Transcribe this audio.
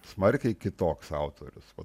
smarkiai kitoks autorius o